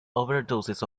overdoses